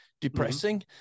depressing